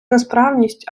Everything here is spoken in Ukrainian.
несправність